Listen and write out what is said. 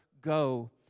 go